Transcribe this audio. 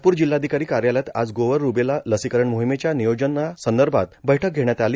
नागपूर जिल्हाधिकारी कार्यालयात आज गोवर रुबेला लसीकरण मोहिमेच्या नियोजनासंदर्भात बैठक घेण्यात आली